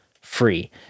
free